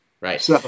right